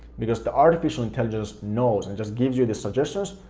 because the artificial intelligence knows and just gives you these suggestions,